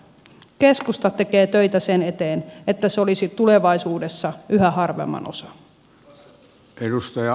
keskusta tekee töitä sen eteen että se olisi tulevaisuudessa yhä harvemman osa